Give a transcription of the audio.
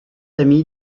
ami